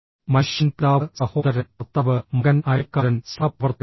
മനുഷ്യൻ പിതാവ് സഹോദരൻ ഭർത്താവ് മകൻ അയൽക്കാരൻ സഹപ്രവർത്തകൻ ബോസ്